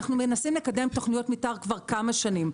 אנחנו מנסים לקדם תוכניות מתאר כבר כמה שנים.